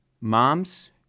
Moms